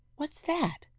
what's that?